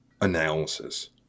analysis